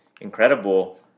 incredible